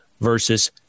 versus